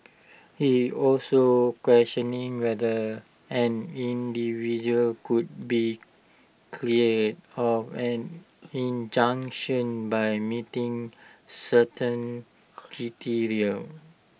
he also questioned whether an individual could be cleared of an injunction by meeting certain criteria